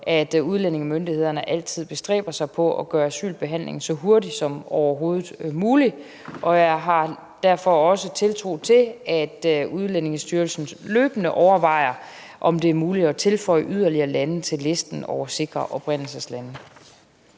at udlændingemyndighederne altid bestræber sig på at gøre asylbehandlingen så hurtig som overhovedet muligt. Jeg har derfor også tiltro til, at Udlændingestyrelsen løbende overvejer, om det er muligt at tilføje yderligere lande til listen over sikre oprindelseslande.